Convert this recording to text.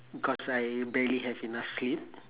because I barely have enough sleep